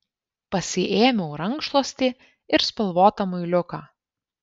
pasiėmiau rankšluostį ir spalvotą muiliuką